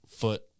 Foot